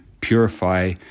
purify